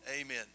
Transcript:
Amen